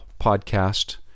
podcast